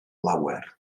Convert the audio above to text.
lawer